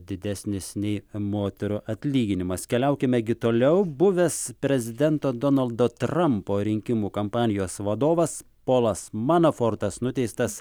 didesnis nei moterų atlyginimas keliaukime gi toliau buvęs prezidento donaldo trumpo rinkimų kampanijos vadovas polas manofortas nuteistas